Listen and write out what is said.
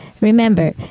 Remember